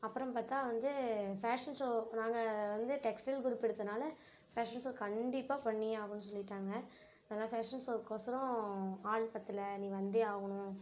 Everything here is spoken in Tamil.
அப்புறம் பார்த்தா வந்து ஃபேஷன் ஷோ நாங்கள் வந்து டெக்ஸ்டைல் குரூப் எடுத்ததனால ஃபேஷன் ஷோ கண்டிப்பாக பண்ணியே ஆகணும்னு சொல்லிட்டாங்கள் அதனால் ஃபேஷன் ஷோக்கொசரோம் ஆள் பத்தலை நீ வந்தே ஆகணும்